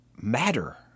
matter